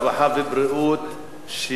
הרווחה והבריאות נתקבלה.